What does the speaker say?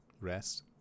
rest